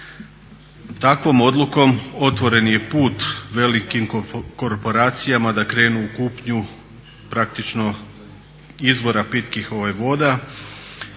Takvom odlukom otvoren je put velikim korporacijama da krenu u kupnju praktično izvora pitkih voda